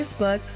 Facebook